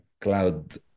cloud